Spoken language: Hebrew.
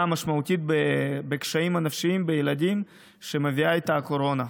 המשמעותית בקשיים הנפשיים של ילדים שמביאה איתה הקורונה.